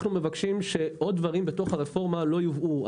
אנחנו מבקשים שעוד דברים בתוך הרפורמה לא יובאו.